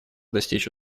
достичь